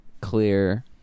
clear